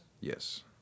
yes